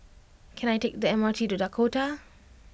can I take the M R T to Dakota